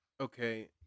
Okay